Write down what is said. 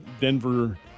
Denver